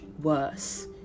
worse